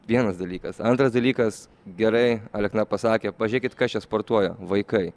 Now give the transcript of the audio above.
vienas dalykas antras dalykas gerai alekna pasakė pažiūrėkit kas čia sportuoja vaikai